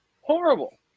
Horrible